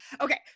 Okay